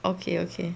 okay okay